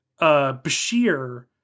Bashir